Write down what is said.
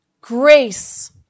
grace